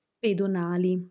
pedonali